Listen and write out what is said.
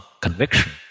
conviction